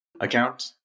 account